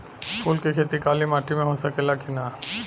फूल के खेती काली माटी में हो सकेला की ना?